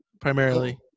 primarily